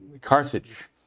Carthage